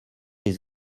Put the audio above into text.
les